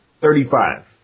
thirty-five